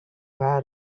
had